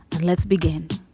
let's begin